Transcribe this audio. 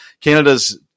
Canada's